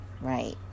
Right